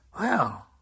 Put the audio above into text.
Wow